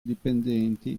dipendenti